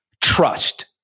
trust